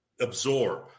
absorb